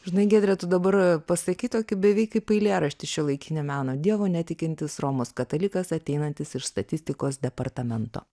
žinai giedre tu dabar pasakei tokį beveik kaip eilėraštį šiuolaikinio meno dievo netikintis romos katalikas ateinantis iš statistikos departamento